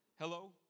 Hello